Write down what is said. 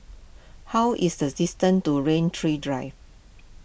how is the distance to Rain Tree Drive